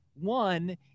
One